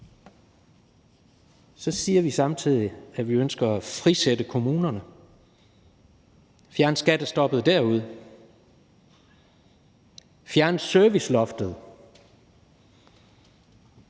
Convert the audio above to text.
så siger vi samtidig, at vi ønsker at frisætte kommunerne, fjerne skattestoppet derude, fjerne serviceloftet